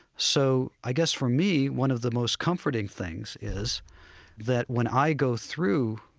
so i guess for me one of the most comforting things is that when i go through,